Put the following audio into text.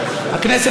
הוותיקים.